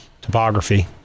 topography